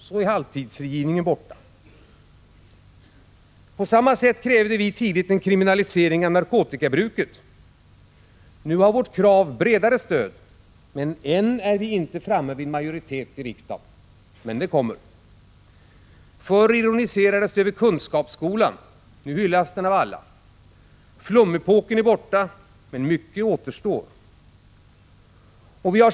På samma sätt krävde vi tidigt en kriminalisering av narkotikabruket. Nu har vårt krav bredare stöd, men än är vi inte framme vid majoritet i riksdagen. Men det kommer. Förr ironiserades det över kunskapsskolan. Nu hyllas den av alla. Flum-epoken är borta, men mycket återstår att göra.